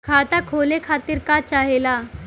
खाता खोले खातीर का चाहे ला?